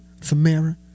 Samara